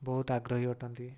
ବହୁତ ଆଗ୍ରହୀ ଅଟନ୍ତି